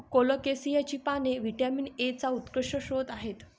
कोलोकेसियाची पाने व्हिटॅमिन एचा उत्कृष्ट स्रोत आहेत